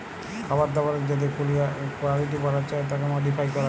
খাবার দাবারের যদি কুয়ালিটি বাড়াতে চায় তাকে মডিফাই ক্যরে